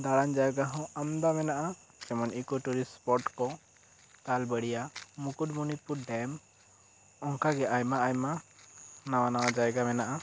ᱫᱟᱬᱟᱱ ᱡᱟᱭᱜᱟ ᱦᱚᱸ ᱟᱢᱫᱟ ᱢᱮᱱᱟᱜᱼᱟ ᱡᱮᱢᱚᱱ ᱮᱠᱚᱴᱚᱨᱤᱥᱴ ᱥᱯᱚᱴ ᱠᱚ ᱟᱞᱵᱟᱲᱤᱭᱟ ᱢᱩᱠᱩᱴᱢᱩᱱᱤᱯᱩᱨ ᱰᱮᱢ ᱚᱝᱠᱟ ᱜᱮ ᱟᱭᱢᱟ ᱟᱭᱢᱟ ᱱᱟᱣᱟ ᱱᱚᱣᱟ ᱡᱟᱭᱜᱟ ᱢᱮᱱᱟᱜᱼᱟ